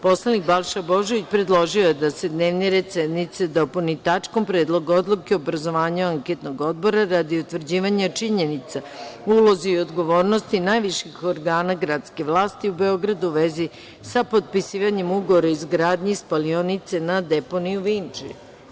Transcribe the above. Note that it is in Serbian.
Poslanik Balša Božović predložio je da se dnevni red sednice dopuni tačkom – Predlog odluke o obrazovanju anketnog odbora radi utvrđivanja činjenica o ulozi i odgovornosti najviših organa gradskih vlasti u Beogradu u vezi sa potpisivanjem ugovora o izgradnji spalionice na deponiji u Vinči.